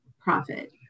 profit